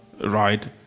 Right